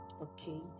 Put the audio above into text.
Okay